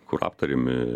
kur aptariami